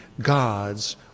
God's